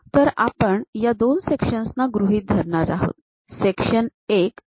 तर आपण या दोन सेक्शन्सना गृहीत धरणार आहोत सेक्शन १ AA आणि सेक्शन २ BB